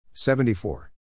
74